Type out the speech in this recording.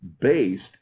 based